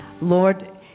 Lord